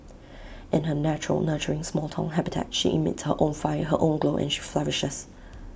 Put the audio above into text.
in her natural nurturing small Town habitat she emits her own fire her own glow and she flourishes